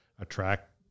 attract